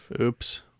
Oops